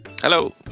Hello